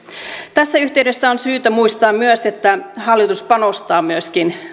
tässä yhteydessä on syytä muistaa myös että hallitus panostaa myöskin